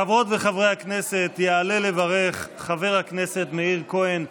חברות וחברי הכנסת, יעלה לברך חבר הכנסת מאיר כהן.